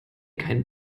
kein